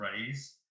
raise